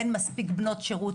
אין מספיק בנות שירות,